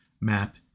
map